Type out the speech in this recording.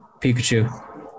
Pikachu